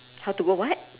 how do go what